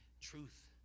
truth